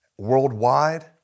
worldwide